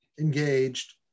engaged